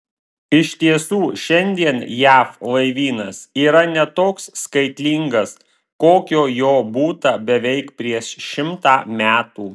iš tiesų šiandien jav laivynas yra ne toks skaitlingas kokio jo būta beveik prieš šimtą metų